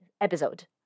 episode